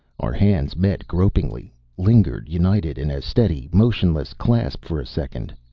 our hands met gropingly, lingered united in a steady, motionless clasp for a second.